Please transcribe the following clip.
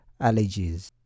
allergies